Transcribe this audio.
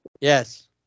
Yes